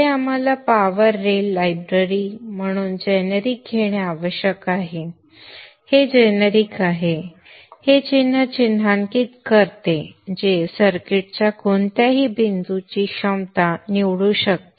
पुढे आपण power rail library मधून जेनेरिक घेणे आवश्यक आहे हे जेनेरिक आहे हे चिन्ह चिन्हांकित करते जे सर्किटच्या कोणत्याही बिंदूंची क्षमता निवडू शकते